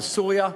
בסוריה,